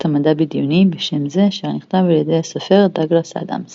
המדע בדיוני בשם זה אשר נכתב על ידי הסופר דאגלס אדמס.